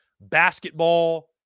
basketball